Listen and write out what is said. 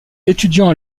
étudiant